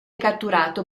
catturato